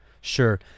Sure